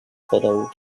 followed